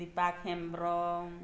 Dipak Hembrom